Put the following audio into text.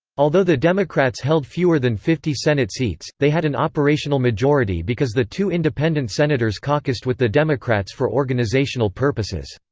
although the democrats held fewer than fifty senate seats, they had an operational majority because the two independent senators caucused with the democrats for organizational purposes.